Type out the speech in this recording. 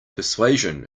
persuasion